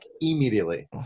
immediately